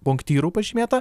punktyru pažymėta